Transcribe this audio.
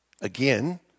Again